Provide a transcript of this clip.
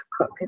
cook